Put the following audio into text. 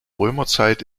römerzeit